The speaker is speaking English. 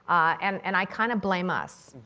and and i kind of blame us,